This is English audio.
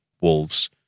Wolves